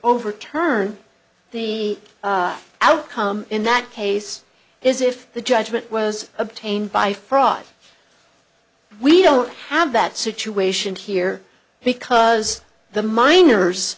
overturn the outcome in that case is if the judgment was obtained by fraud we don't have that situation here because the miners